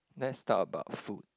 let's talk about food